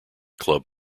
club